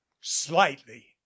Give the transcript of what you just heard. slightly